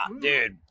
Dude